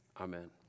Amen